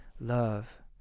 love